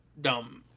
dumb